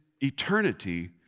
eternity